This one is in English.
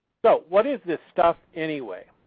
so what is this stuff anyway?